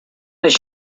was